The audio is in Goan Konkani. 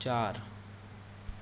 चार